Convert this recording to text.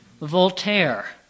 Voltaire